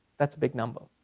that's a big number.